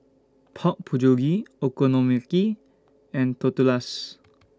Pork Bulgogi Okonomiyaki and Tortillas